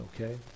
okay